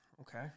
Okay